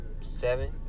seven